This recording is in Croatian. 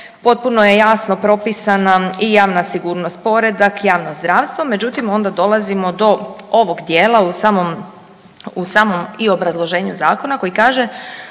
Potpuno je jasno propisana i javna sigurnost, poreda i javno zdravstva, međutim, onda dolazimo do ovog dijela u samom i obrazloženju Zakona koji kaže,